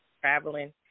traveling